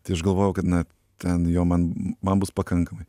tai aš galvojau kad na ten jo man man bus pakankamai